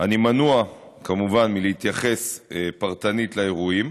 אני מנוע כמובן מלהתייחס פרטנית לאירועים,